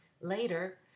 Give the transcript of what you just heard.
Later